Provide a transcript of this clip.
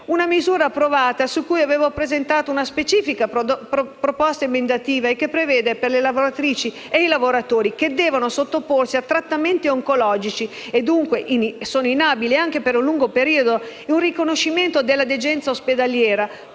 la misura approvata, su cui avevo presentato una specifica proposta emendativa, che prevede per le lavoratrici e i lavoratori che devono sottoporsi a trattamenti oncologici e, dunque, sono inabili anche per un lungo periodo il riconoscimento della degenza ospedaliera,